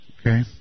okay